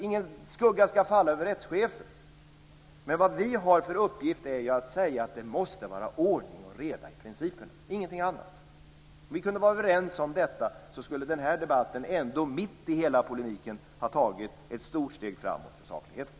Ingen skugga ska falla över rättschefen men vi har i uppgift att säga att det måste vara ordning och reda på principerna - ingenting annat. Om vi kunde vara överens om detta skulle den här debatten, mitt i hela polemiken, ha tagit ett stort steg framåt för sakligheten.